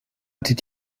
did